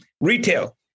retail